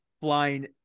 flying